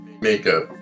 makeup